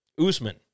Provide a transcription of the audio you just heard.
Usman